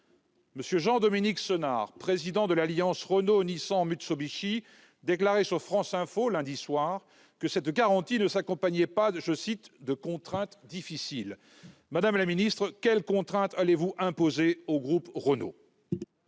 M. Jean-Dominique Senard, président de l'Alliance Renault-Nissan-Mitsubishi, a déclaré sur France Info, lundi soir, que cette garantie ne s'accompagnait pas de « contraintes difficiles ». Madame la secrétaire d'État, quelles contraintes allez-vous imposer au groupe Renault ?